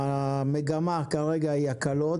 המגמה כרגע היא הקלות.